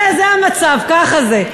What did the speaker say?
זה המצב, ככה זה.